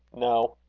no,